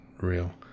real